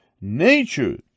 nature